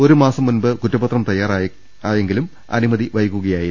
ഒരുമാസം മുമ്പ് കുറ്റ പത്രം തയ്യാറാക്കിയെങ്കിലും അനുമതി വൈകുകയായിരുന്നു